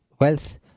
wealth